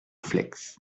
fleix